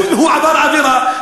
אם הוא עבר עבירה,